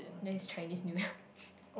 this is Chinese New Year